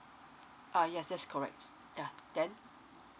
uh yes that's correct s~ yeah then